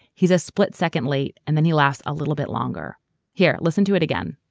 he's a split second late and then he lasts a little bit longer here. listen to it again.